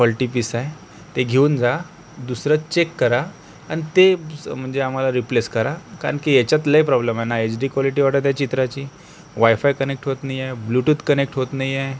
faulty piece आहे ते घेऊन जा दुसरं चेक करा आणि ते म्हणजे आम्हाला रीप्लेस करा कारण की याच्यात लई प्रॉब्लेम आहे ना यच डी क्वॉलटि वाटत आहे चित्राची वायफाय कनेट होत नाही आहे ब्ल्युटूथ कनेट होत नाही आहे